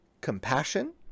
compassion